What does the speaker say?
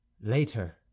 later